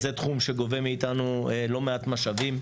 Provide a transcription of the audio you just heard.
זה תחום שגובה מאיתנו לא מעט משאבים.